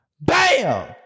Bam